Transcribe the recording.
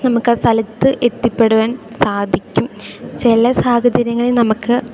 നമുക്ക് ആ സ്ഥലത്ത് എത്തിപ്പെടുവാൻ സാധിക്കും ചില സാഹചര്യങ്ങളിൽ നമുക്ക്